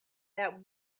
that